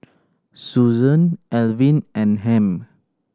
Susan Alvin and Hamp